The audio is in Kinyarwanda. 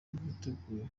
bwiteguye